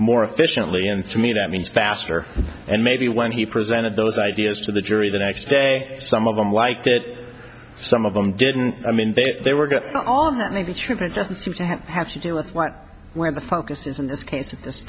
more efficiently and to me that means faster and maybe when he presented those ideas to the jury the next day some of them like that some of them didn't i mean they are we're going to know all that may be true but it doesn't seem to have to do with what where the focus is in this case at this